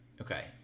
okay